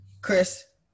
Chris